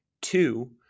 Two